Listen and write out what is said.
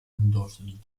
endorsed